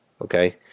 Okay